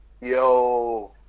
Yo